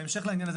בהמשך לעניין הזה,